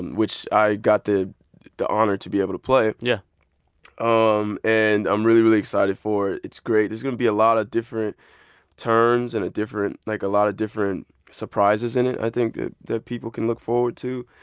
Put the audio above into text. which i got the the honor to be able to play yeah um and i'm really, really excited for it. it's great. there's going to be a lot of different turns and a different like, a lot of different surprises in it i think that people can look forward to.